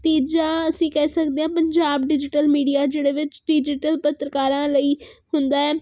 ਤੀਜਾ ਅਸੀਂ ਕਹਿ ਸਕਦੇ ਹਾਂ ਪੰਜਾਬ ਡਿਜੀਟਲ ਮੀਡੀਆ ਜਿਹਦੇ ਵਿੱਚ ਡਿਜੀਟਲ ਪੱਤਰਕਾਰਾਂ ਲਈ ਹੁੰਦਾ ਹੈ